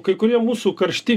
kai kurie mūsų karšti